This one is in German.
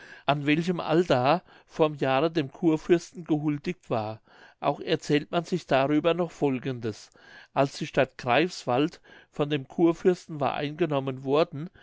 an welchem allda vorm jahre dem churfürsten gehuldigt war auch erzählt man sich hierüber noch folgendes als die stadt greifswald von dem churfürsten war eingenommen worden